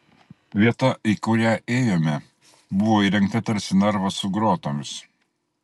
vieta į kurią ėjome buvo įrengta tarsi narvas su grotomis